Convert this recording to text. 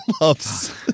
loves